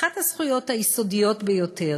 אחת הזכויות היסודיות ביותר.